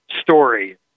story